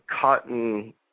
cotton